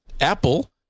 Apple